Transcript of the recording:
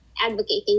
advocating